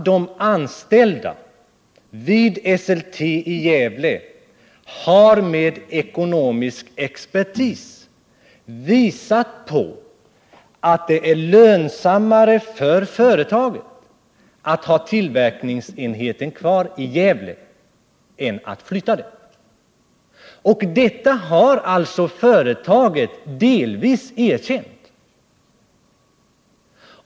De anställda vid Esselte i Gävle har med hjälp av ekonomisk expertis visat att det är lönsammare för företaget att ha tillverkningsenheten kvar i Gävle än att flytta den. Detta har företaget delvis erkänt.